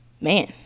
man